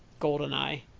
Goldeneye